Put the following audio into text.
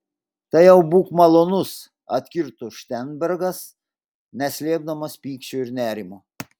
tai jau būk malonus atkirto šteinbergas neslėpdamas pykčio ir nerimo